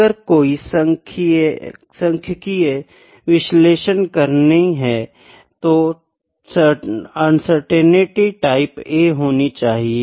अगर कोई सांख्यिकीय विश्लेषण करनी है तो अनसर्टेनिटी टाइप A होनी चाहिए